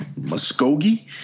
Muskogee